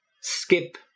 skip